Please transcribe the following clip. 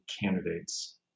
candidates